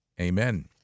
Amen